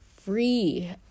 free